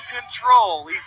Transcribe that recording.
control